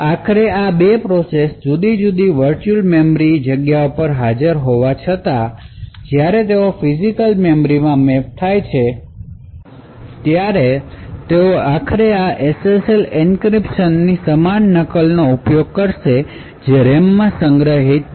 આખરે આ 2 પ્રોસેસ જુદી જુદી વર્ચ્યુઅલ મેમરી જગ્યાઓ પર હોવા છતાં આખરે જ્યારે તેઓ ફિજિકલ મેમરીમાં મેપ થાય છે ત્યારે તેઓ આખરે આ SSL એન્ક્રિપ્શનની સમાન નકલનો ઉપયોગ કરશે જે રેમમાં સંગ્રહિત છે